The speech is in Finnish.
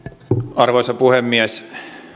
arvoisa puhemies